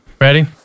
Ready